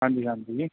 ਹਾਂਜੀ ਹਾਂਜੀ